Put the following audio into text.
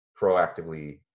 proactively